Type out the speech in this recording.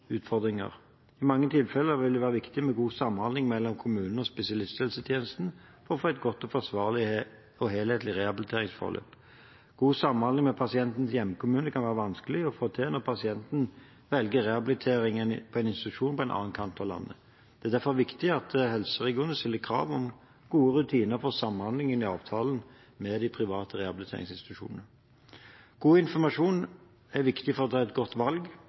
I mange tilfeller vil det være viktig med god samhandling mellom kommunen og spesialisthelsetjenesten for å få et godt, forsvarlig og helhetlig rehabiliteringsforløp. God samhandling med pasientens hjemkommune kan være vanskelig å få til når pasienten velger rehabilitering ved en institusjon på en annen kant av landet. Det er derfor viktig at helseregionene stiller krav til gode rutiner for samhandling i avtalene med de private rehabiliteringsinstitusjonene. God informasjon er viktig for å kunne ta et godt valg.